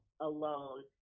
alone